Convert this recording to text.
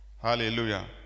Hallelujah